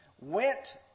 went